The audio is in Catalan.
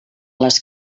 les